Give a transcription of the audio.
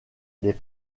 des